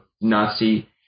Nazi